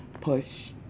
Push